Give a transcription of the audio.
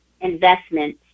investment